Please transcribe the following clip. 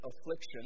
affliction